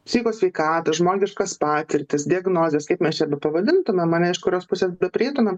psichikos sveikatą žmogiškas patirtis diagnozes kaip mes čia bepavadintumėm ane iš kurios pusės beprieitumėm